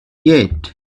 yet